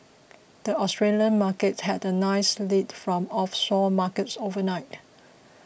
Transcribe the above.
the Australian Markets had a nice lead from offshore markets overnight